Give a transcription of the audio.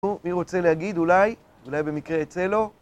מי רוצה להגיד, אולי? אולי במקרה ייצא לו?